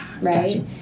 right